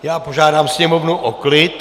Já požádám sněmovnu o klid.